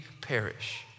perish